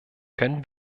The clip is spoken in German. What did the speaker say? können